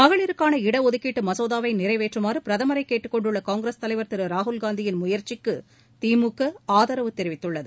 மகளிருக்கான இடஒதுக்கீட்டு மசோதாவை நிறைவேற்றமாறு பிரதமரை கேட்டுக் கொண்டுள்ள காங்கிரஸ் தலைவர் திரு ராகுல்காந்தியின் முயற்சிக்கு திமுக ஆதரவு தெரிவித்துள்ளது